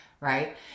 right